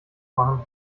machen